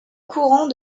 courant